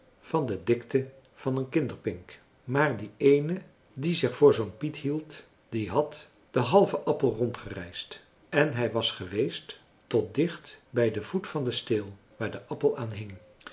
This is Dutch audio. van de dikte van een kinderpink maar die eene die zich voor zoo'n piet hield die had den halven appel rondgereisd en hij was geweest tot dicht bij den voet van den steel waar de appel